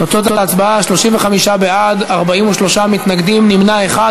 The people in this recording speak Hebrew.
תוצאות ההצבעה: 35 בעד, 43 מתנגדים, נמנע אחד.